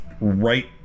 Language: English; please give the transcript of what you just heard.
right